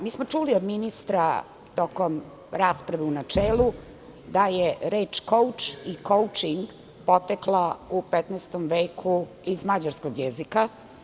Mi smo čuli od ministra tokom rasprave u načelu da je reč „kouč“ i „koučing“ potekla u 15. veku iz mađarskog jezika.